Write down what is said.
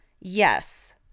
yes